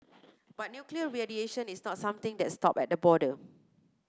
but nuclear radiation is not something that stop at border